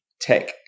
tech